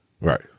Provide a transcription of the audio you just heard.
Right